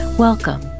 Welcome